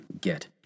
get